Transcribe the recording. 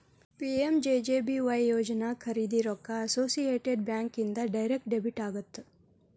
PMJJBY ಯೋಜನಾ ಖರೇದಿ ರೊಕ್ಕ ಅಸೋಸಿಯೇಟೆಡ್ ಬ್ಯಾಂಕ್ ಇಂದ ಡೈರೆಕ್ಟ್ ಡೆಬಿಟ್ ಆಗತ್ತ